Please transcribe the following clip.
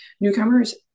Newcomers